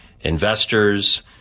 investors